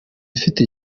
ifite